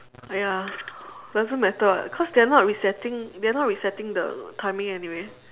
!aiya! doesn't matter [what] cause they are not resetting they are not resetting the timing anyway